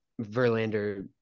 Verlander